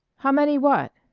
how many what?